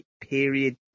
period